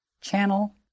channel